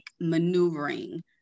maneuvering